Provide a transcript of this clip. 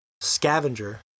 scavenger